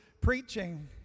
preaching